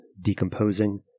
decomposing